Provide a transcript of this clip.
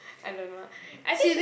I don't know I think she's